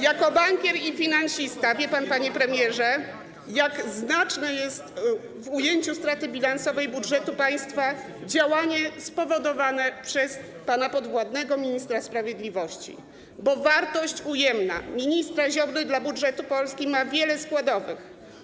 Jako bankier i finansista wie pan, panie premierze, jak znaczne jest w ujęciu straty bilansowej budżetu państwa działanie spowodowane przez pana podwładnego, ministra sprawiedliwości, bo wartość ujemna ministra Ziobry dla budżetu Polski ma wiele składowych.